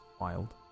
wild